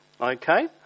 Okay